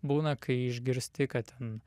būna kai išgirsti kad ten